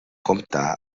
compta